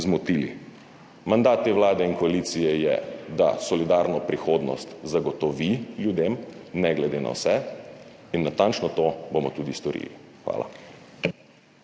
zmotili. Mandat te vlade in koalicije je, da solidarno prihodnost zagotovi ljudem, ne glede na vse, in natančno to bomo tudi storili. Hvala.